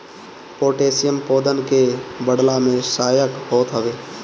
potassium पौधन के बढ़ला में सहायक होत हवे